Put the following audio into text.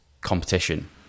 competition